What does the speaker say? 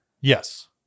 Yes